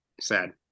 sad